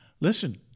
Listen